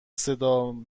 صدا